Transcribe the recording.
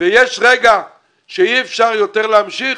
ויש רגע שאי אפשר יותר להמשיך,